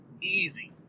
easy